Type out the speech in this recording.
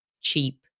cheap